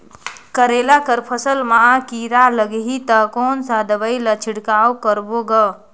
करेला कर फसल मा कीरा लगही ता कौन सा दवाई ला छिड़काव करबो गा?